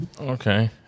Okay